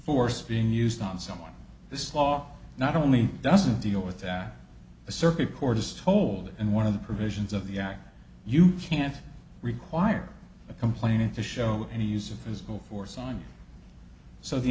force being used on someone this law not only doesn't deal with that the circuit court is told and one of the provisions of the act you can't require a complaining to show any use of physical force on so the